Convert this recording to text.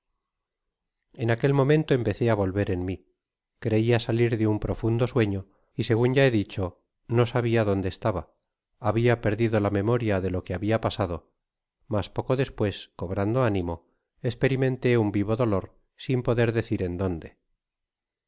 en aquel momento empecé á volver en mi crea salir de un profundo sueño y segun ya he dicho no sabia donde estaba habia perdido la memoria de lo que habia pasado mas poco despues cobrando ánimo esperimenté un vivo dolor sin poder decir en donde